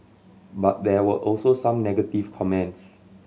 but there were also some negative comments